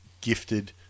gifted